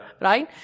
right